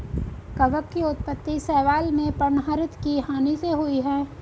कवक की उत्पत्ति शैवाल में पर्णहरित की हानि होने से हुई है